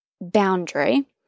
boundary